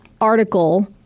article